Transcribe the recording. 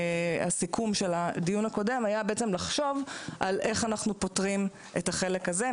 הסיכום של הדיון הקודם היה לחשוב על איך אנחנו פותרים את החלק הזה.